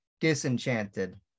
disenchanted